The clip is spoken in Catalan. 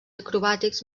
acrobàtics